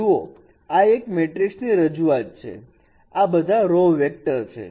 જુઓ આ એક મેટ્રિક્સ ની રજૂઆત છે આ બધા રો વેક્ટર છે